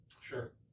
Sure